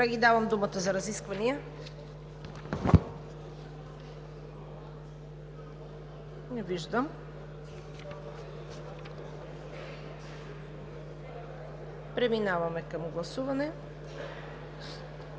Колеги, давам думата за разисквания. Не виждам. Преминаваме към гласуване.